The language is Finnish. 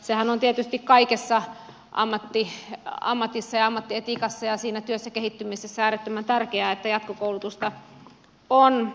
sehän on tietysti kaikissa ammateissa ja ammattietiikassa ja työssä kehittymisessä äärettömän tärkeää että jatkokoulutusta on